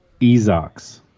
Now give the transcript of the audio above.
Ezox